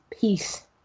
peace